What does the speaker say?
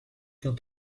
qu’un